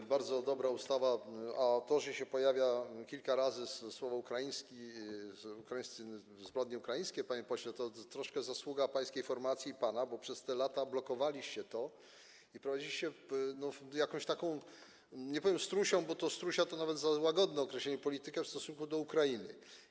To bardzo dobra ustawa, a to, że się pojawiają kilka razy słowa: ukraiński, ukraińscy, zbrodnie ukraińskie, panie pośle, to troszkę zasługa pańskiej formacji i pana, bo przez te lata blokowaliście to i prowadziliście jakąś taką - nie powiem „strusią”, bo „strusia” to nawet za łagodne określenie - politykę w stosunku do Ukrainy.